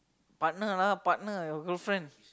partner lah partner lah your girlfriend